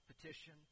petition